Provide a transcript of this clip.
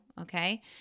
okay